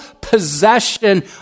possession